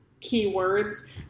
keywords